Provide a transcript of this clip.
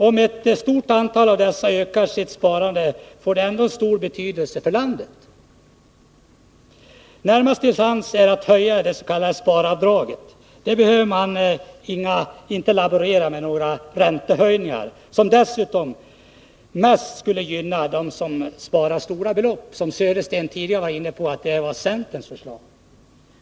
Om ett stort antal av dessa ökar sitt sparande får det stor betydelse för landet. Närmast till hands är att höja det s.k. sparavdraget. Där behöver man inte laborera med några räntehöjningar, som dessutom mest skulle gynna dem som sparar stora belopp, vilket Bo Södersten tidigare sade var centerns förslag.